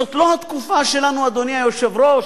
זו לא התקופה שלנו, אדוני היושב-ראש,